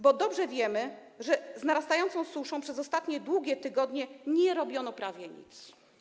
Bo dobrze wiemy, że z narastającą suszą przez ostatnie długie tygodnie nie robiono prawie nic.